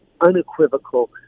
unequivocal